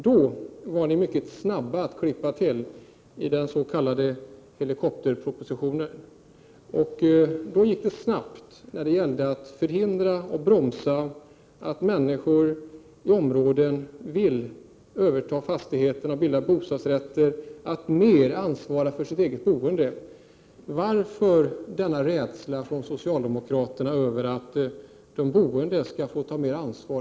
Ni var mycket snabba att klippa till med den s.k. helikopterpropositionen. Då gick det snabbt, när det gällde att förhindra och bromsa människor som vill ta över de fastigheter där de bor och bilda bostadsrätter och i större utsträckning ansvara för sitt eget boende. Varför denna rädsla från socialdemokraterna för att de boende skall få ta mer ansvar?